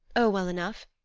oh, well enough.